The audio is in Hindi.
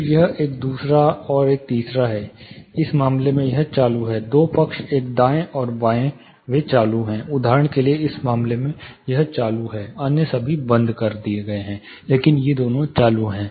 तो यह एक दूसरा और तीसरा है इस मामले में यह चालू है दो पक्ष एक दाएं और बाएं वे चालू हैं उदाहरण के लिए इस मामले में यह चालू है अन्य सभी बंद है लेकिन ये दोनों चालू हैं